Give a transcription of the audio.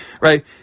right